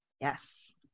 Yes